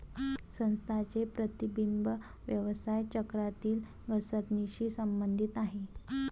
संस्थांचे प्रतिबिंब व्यवसाय चक्रातील घसरणीशी संबंधित आहे